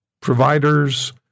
providers